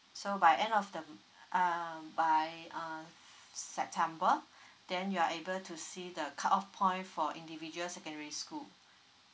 so by end of the um by uh september then you are able to see the cut off point for individual secondary school